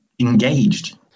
engaged